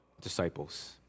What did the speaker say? disciples